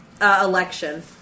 election